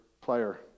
player